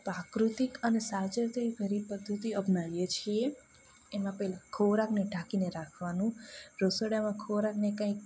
પ્રાકૃતિક અને સાવચેતી ભરી પદ્ધતિ અપનાવીએ છીએ એમાં પહેલાં ખોરાકને ઢાંકીને રાખવાનું રસોડામાં ખોરાકને કંઈક